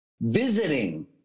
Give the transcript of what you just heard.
visiting